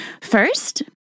First